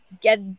get